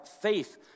faith